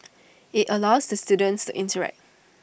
IT allows the students to interact